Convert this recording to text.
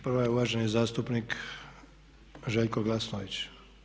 Prva je uvaženi zastupnik Željko Glasnović.